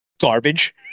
Garbage